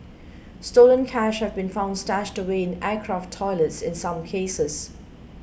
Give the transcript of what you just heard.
stolen cash have been found stashed away in aircraft toilets in some cases